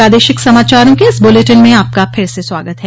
प्रादेशिक समाचारों के इस बुलेटिन में आपका फिर से स्वागत है